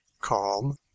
calm